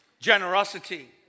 generosity